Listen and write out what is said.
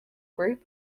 group